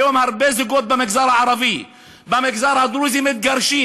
היום הרבה זוגות במגזר הערבי ובמגזר הדרוזי מתגרשים.